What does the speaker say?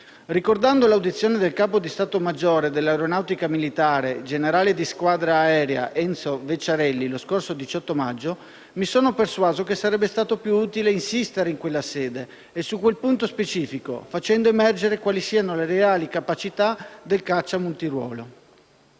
Ricordando l'audizione del capo di stato maggiore dell'Aeronautica militare, generale di squadra aerea Enzo Vecciarelli, lo scorso 18 maggio, mi sono persuaso che sarebbe stato più utile insistere in quella sede e su questo punto specifico, facendo emergere quali siano le reali capacità del caccia multiruolo.